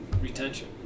retention